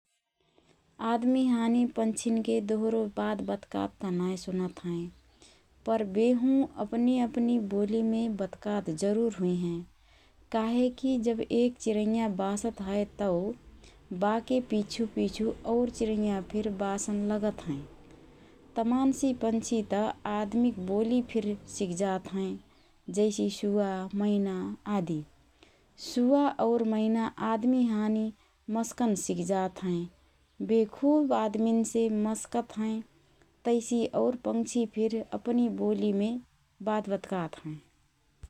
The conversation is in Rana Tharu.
आदमी हानी पक्षीनके दोहोरो बतकात त नाएँ सुनत हएँ, पर बेहु अपनि अपनि बोलिमे बतकात जरुर हुइहएँ । काहे की जब एक चिँरैया बासत हए तओ बाके पिछु पिछु और चिँरैया फिर बासन लगत हएँ । तमान सि पक्षी त अदमिक बोलि फिर सिक्जात हएँ जैसि: सुवा, मैना आदि । सुवा और मैना आदमी हानी मसकन सिक्जात हएँ । बे खुब आदमीसे मस्कत हएँ । तैसि और पक्षी फिर अपनि बोलिमे बात बतकात हएँ ।